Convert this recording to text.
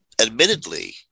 Admittedly